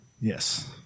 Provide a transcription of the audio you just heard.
Yes